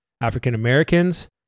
African-Americans